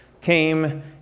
came